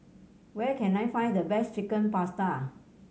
where can I find the best Chicken Pasta